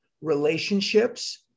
relationships